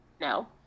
No